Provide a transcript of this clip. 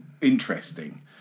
interesting